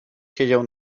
siedział